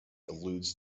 alludes